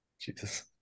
Jesus